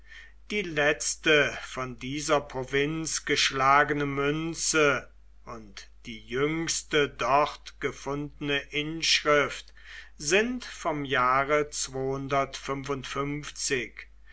die letzte von dieser provinz geschlagene münze und die jüngste dort gefundene inschrift sind vom jahre